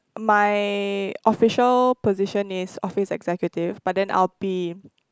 my official position is office-executive but then I'll be